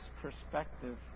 perspective